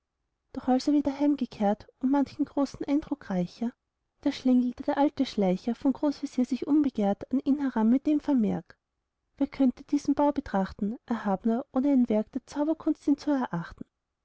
doch als er wieder heimgekehrt um manchen großen eindruck reicher da schlängelte der alte schleicher von großvezier sich unbegehrt an ihn heran mit dem vermerk wer könnte diesen bau betrachten erhabner ohne für ein werk der zauberkunst ihn zu erachten